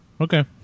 Okay